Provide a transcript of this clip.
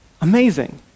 Amazing